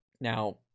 now